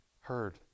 heard